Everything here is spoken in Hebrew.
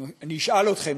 אני אשאל אתכם,